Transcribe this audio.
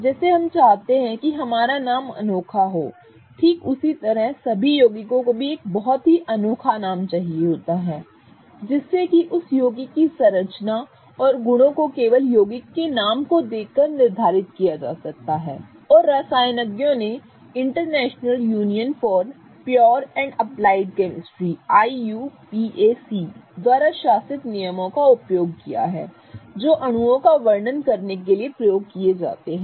जैसे हम चाहते हैं कि हमारा नाम अनोखा हो ठीक उसी तरह सभी यौगिकों को भी एक बहुत ही अनोखा नाम चाहिए होता है जिससे कि उस यौगिक की संरचना और गुणों को केवल यौगिक के नाम को देखकर निर्धारित किया जा सकता है और रसायनज्ञों ने international union of pure and applied chemistry IUPAC द्वारा शासित नियमों का उपयोग किया है जो अणुओं का वर्णन करने के लिए प्रयोग किए जाते हैं